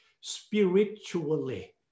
spiritually